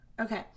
Okay